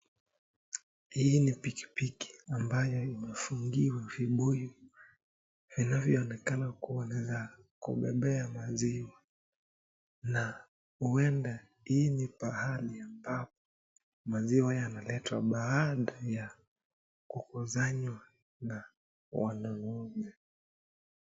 Hii ni pikipiki ambayo imefungiwa vibuyu. Inaonekana kuwa la kubebea maziwa na huenda hii ni baadha ya maziwa yameletwa kwa ajili ya kuuza .